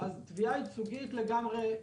אז תביעה ייצוגית תחסל אותם.